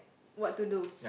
what to do